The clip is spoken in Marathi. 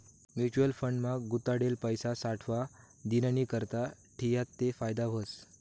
म्युच्युअल फंड मा गुताडेल पैसा सावठा दिननीकरता ठियात ते फायदा व्हस